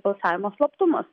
balsavimo slaptumas